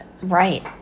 Right